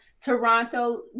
Toronto